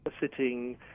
sitting